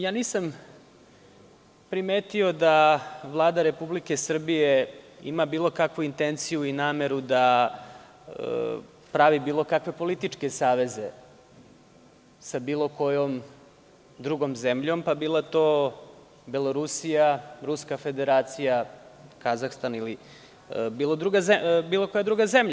Ja nisam primetio da Vlada Republike Srbije ima bilo kakvu intenciju i nameru da pravi bilo kakve političke saveze sa bilo kojom drugom zemljom, pa bila to Belorusija, Ruska Federacija, Kazahstan ili bilo koja druga zemlja.